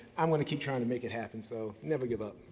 i'm going to keep trying to make it happen. so, never give up.